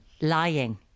Lying